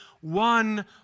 one